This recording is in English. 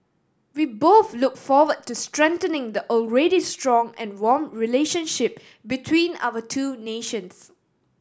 we both look forward to strengthening the already strong and warm relationship between our two nations